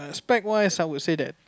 pack wise I would say that